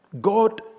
God